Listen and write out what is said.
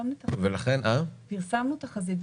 פרסמנו תחזית.